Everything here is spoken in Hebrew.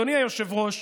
אדוני היושב-ראש,